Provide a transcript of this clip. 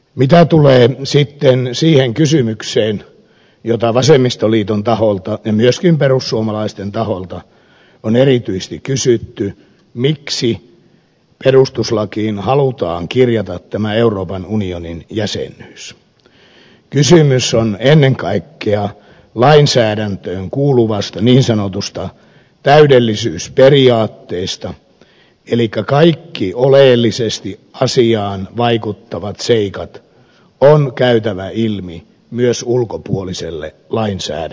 mitä tulee sitten siihen kysymykseen jota vasemmistoliiton taholta ja myöskin perussuomalaisten taholta on erityisesti kysytty miksi perustuslakiin halutaan kirjata tämä euroopan unionin jäsenyys kysymys on ennen kaikkea lainsäädäntöön kuuluvasta niin sanotusta täydellisyysperiaatteesta elikkä kaikkien oleellisesti asiaan vaikuttavien seikkojen on käytävä ilmi myös ulkopuoliselle lainsäädännöstä